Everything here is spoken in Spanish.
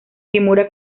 kimura